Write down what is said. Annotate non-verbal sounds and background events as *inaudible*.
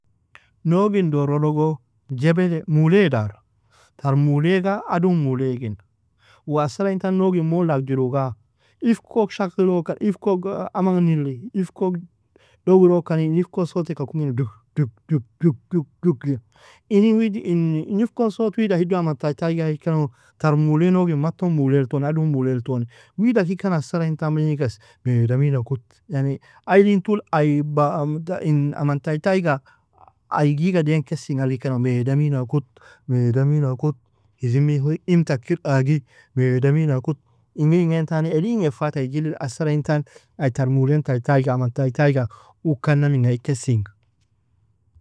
Nogin doro logo jebel_mule daru tar mulega adon mule igin uu asara intan nogin molo agjiruga ifkog shaghilokan ifkog amanili ifko dowirokani in ifko soteka koni *noise* *unintelligible* inn wid in ifkon sot wida hido aman tay tayga aikeno tar mule nogin maton mulel ton adon mulelto wida kikan asaraa intan bagni kess maid amina kut yan ailintol ai *unintelligible* in aman tay tayga aiga iygadain keseng algikeno maid amina kut maid amina kut *unintelligible* im takir agi maid amina kut ingir ingantani elin gefat ai jilil asaraa intan ai tar mulen tay tayga aman yay tayga ukana minga ikesinga.